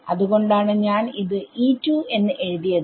അത്കൊണ്ടാണ് ഞാൻ ഇത് എന്ന് എഴുതിയത്